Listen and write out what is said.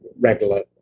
regular